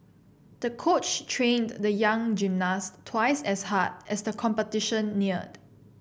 the coach trained the young gymnast twice as hard as the competition neared